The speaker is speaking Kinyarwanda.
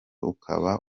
ukaba